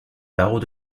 barreaux